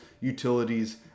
utilities